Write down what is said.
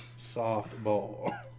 softball